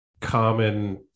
common